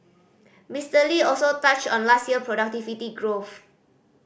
Mister Lee also touched on last year productivity growth